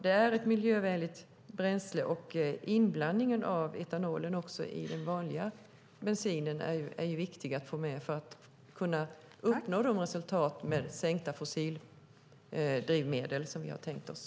Det är ett miljövänligt bränsle, och inblandningen av etanol i den vanliga bensinen är viktig att få med för att kunna uppnå de resultat med sänkt fossildrivmedelsanvändning som vi tänkt oss.